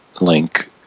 link